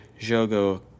Jogo